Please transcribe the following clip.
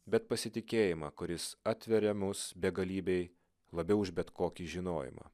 bet pasitikėjimą kuris atveria mus begalybei labiau už bet kokį žinojimą